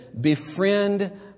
befriend